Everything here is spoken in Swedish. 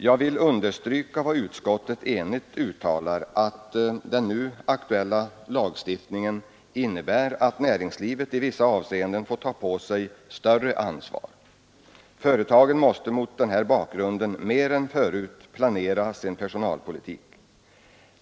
Jag vill understryka vad utskottet enigt uttalar, nämligen att den nu aktuella lagstiftningen innebär att näringslivet i vissa avseenden får ta på sig större ansvar. Företagen måste mot denna bakgrund mer än förut planera sin personalpolitik.